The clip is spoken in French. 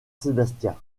sébastien